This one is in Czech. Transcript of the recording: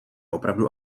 opravdu